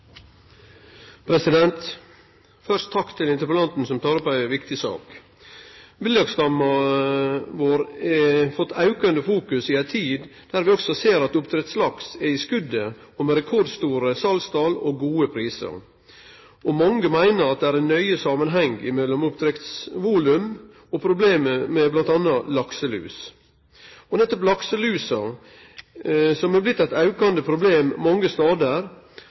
Først takk til interpellanten som tek opp ei viktig sak. Villaksstamma vår har fått aukande fokus i ei tid då vi også ser at oppdrettslaks er sterkt etterspurd, med rekordstore salstal og gode prisar. Mange meiner at det er nøye samanheng mellom oppdrettsvolum og problemet med m.a. lakselus. Nettopp lakselusa er blitt eit aukande problem mange stader.